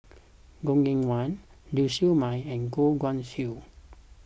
Goh Eng Wah Lau Siew Mei and Goh Guan Siew